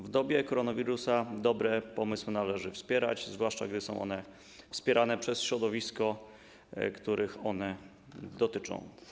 W dobie koronawirusa dobre pomysły należy wspierać, zwłaszcza gdy są one wspierane przez środowiska, których dotyczą.